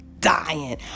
dying